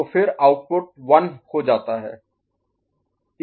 तो फिर आउटपुट 1 हो जाता है